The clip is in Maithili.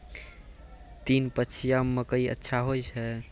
तीन पछिया मकई अच्छा होय छै?